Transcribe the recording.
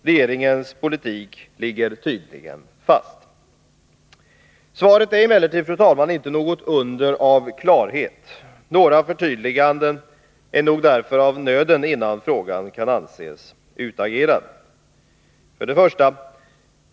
Regeringens politik ligger tydligen fast. Svaret är emellertid, fru talman, inte något under av klarhet. Några förtydliganden är nog därför av nöden, innan frågan kan anses utagerad. 1.